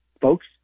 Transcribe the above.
folks